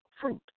fruit